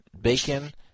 bacon